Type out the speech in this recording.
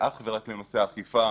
אך ורק לנושא האכיפה.